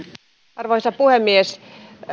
arvoisa puhemies